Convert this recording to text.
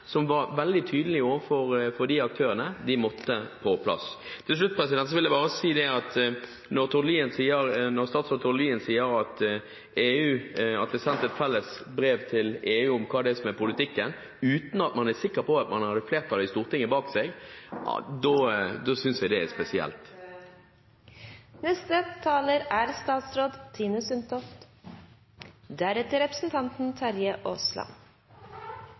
som var veldig tydelig overfor disse aktørene: De måtte på plass. Til slutt vil jeg bare si at når statsråd Tord Lien sier at det er sendt et felles brev til EU om hva som er politikken, uten at man er sikker på at man hadde flertallet i Stortinget bak seg, synes vi det er spesielt. Først til Karin Andersen: På generell basis er